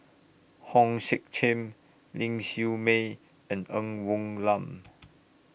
Hong Sek Chern Ling Siew May and Ng Woon Lam